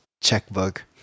checkbook